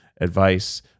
advice